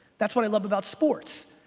that's what i love about sports.